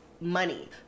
money